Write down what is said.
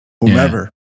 whomever